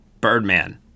Birdman